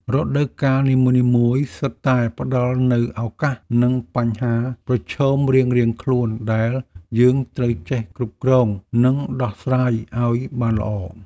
រដូវកាលនីមួយៗសុទ្ធតែផ្តល់នូវឱកាស និងបញ្ហាប្រឈមរៀងៗខ្លួនដែលយើងត្រូវចេះគ្រប់គ្រង និងដោះស្រាយឱ្យបានល្អ។